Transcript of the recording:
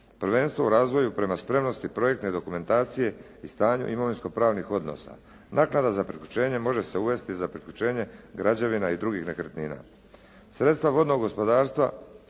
Prvenstvo u razvoju prema spremnosti projektne dokumentacije i stanju imovinsko pravnih odnosa. Naknada za priključenje može se uvesti za priključenje građevina i drugih nekretnina.